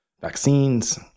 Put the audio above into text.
vaccines